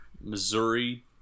Missouri